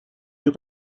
you